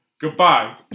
Goodbye